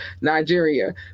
Nigeria